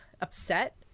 upset